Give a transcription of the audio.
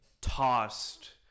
tossed